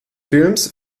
films